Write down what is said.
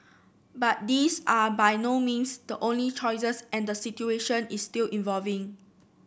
but these are by no means the only choices and the situation is still evolving